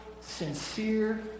sincere